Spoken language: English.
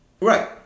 Right